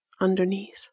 underneath